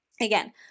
again